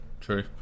true